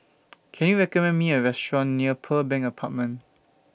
Can YOU recommend Me A Restaurant near Pearl Bank Apartment